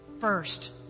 First